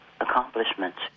accomplishments